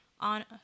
on